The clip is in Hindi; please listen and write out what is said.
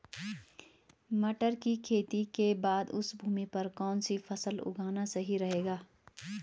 टमाटर की खेती के बाद उस भूमि पर कौन सी फसल उगाना सही रहेगा?